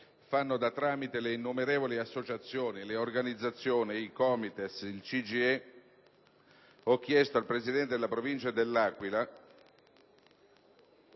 fanno da tramite le innumerevoli associazioni, le organizzazioni, i COMITES e il CGIE, ho chiesto alla presidente della Provincia dell'Aquila,